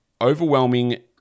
overwhelming